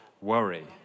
worry